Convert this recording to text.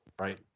right